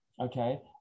okay